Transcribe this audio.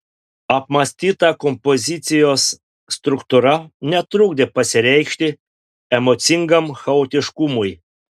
apmąstyta kompozicijos struktūra netrukdė pasireikšti emocingam chaotiškumui